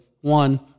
one